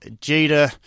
Jeter